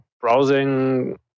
browsing